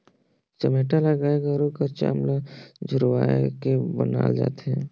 चमेटा ल गाय गरू कर चाम ल झुरवाए के बनाल जाथे